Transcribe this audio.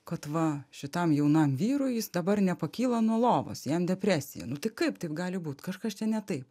kad va šitam jaunam vyrui jis dabar nepakyla nuo lovos jam depresija nu tai kaip taip gali būt kažkas čia ne taip